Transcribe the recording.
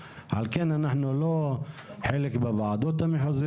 לכן במהלך הזה שבו שיקפנו לראשי הרשויות